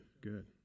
good